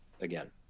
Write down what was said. again